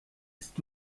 ist